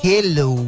Hello